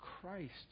Christ